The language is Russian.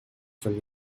столь